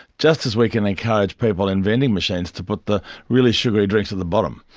just as we can encourage people in vending machines to put the really sugary drinks at the bottom.